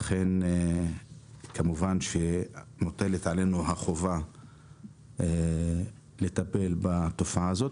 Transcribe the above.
כמובן שמוטלת עלינו החובה לטפל בתופעה הזאת,